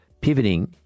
Pivoting